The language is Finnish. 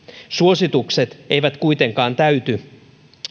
suositukset eivät kuitenkaan täyty